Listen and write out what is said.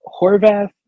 Horvath